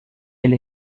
elle